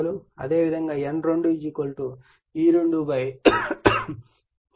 అదేవిధంగా N2 E2 4